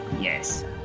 Yes